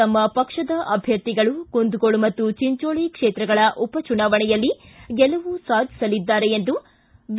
ತಮ್ಮ ಪಕ್ಷದ ಅಭ್ಯರ್ಥಿಗಳು ಕುಂದಗೋಳ ಮತ್ತು ಚಿಂಚೋಳಿ ಕ್ಷೇತ್ರಗಳ ಉಪಚುನಾವಣೆಯಲ್ಲಿ ಗೆಲುವು ಸಾಧಿಸಲಿದ್ದಾರೆ ಎಂದು ಬಿ